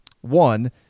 one